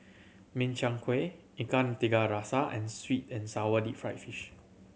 Min Chiang Kueh Ikan Tiga Rasa and sweet and sour deep fried fish